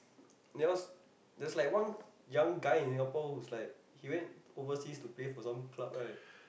that was there's like one guy in Singapore which like they went overseas to play for some club right